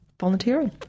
volunteering